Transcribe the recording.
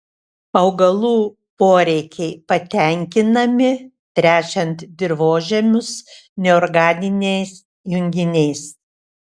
augalų poreikiai patenkinami tręšiant dirvožemius neorganiniais junginiais